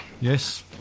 Yes